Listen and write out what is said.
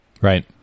Right